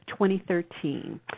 2013